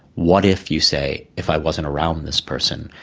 what if you say, if i wasn't around this person,